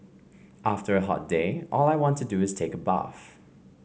after a hot day all I want to do is take a bath